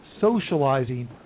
socializing